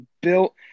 built